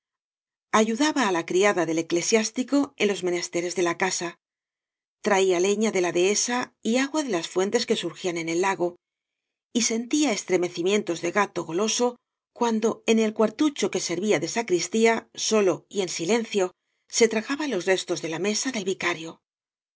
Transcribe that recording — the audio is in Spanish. ayudaba á la criada del eclesiástico en los menesteres de la casa traía lefia de la dehesa y agua de las fuentes que surgían en el lago y sentía estremecimientos de gato goloso cuando en el cuartucho que servía de sa cristia solo y en silencio se tragaba los restos de la mesa del vicario